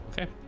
okay